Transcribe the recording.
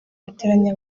hateraniye